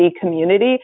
community